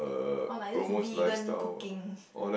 or like those vegan cooking